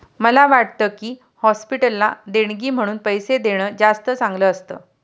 मला वाटतं की, हॉस्पिटलला देणगी म्हणून पैसे देणं जास्त चांगलं असतं